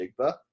Jigba